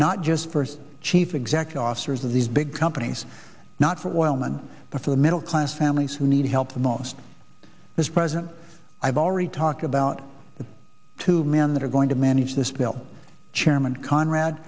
not just for chief executive officers of these big companies not for oil men but for the middle class families who need help the most this president i've already talked about the two men that are going to manage this bill chairman conrad